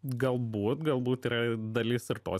galbūt galbūt yra dalis ir tos